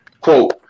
Quote